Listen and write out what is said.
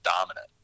dominant